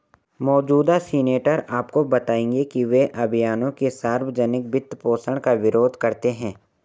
मौजूदा सीनेटर आपको बताएंगे कि वे अभियानों के सार्वजनिक वित्तपोषण का विरोध करते हैं